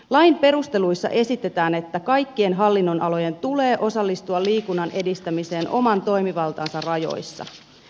lain perusteluissa esitetään että kaikkien hallinnonalojen tulee osallistua liikunnan edistämiseen oman toimivaltansa rajoissa